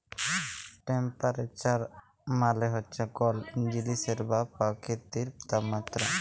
temperature মালে হছে কল জিলিসের বা পকিতির তাপমাত্রা